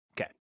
Okay